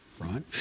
right